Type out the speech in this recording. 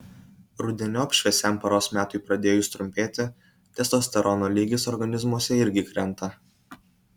rudeniop šviesiam paros metui pradėjus trumpėti testosterono lygis organizmuose irgi krenta